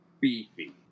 beefy